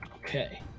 Okay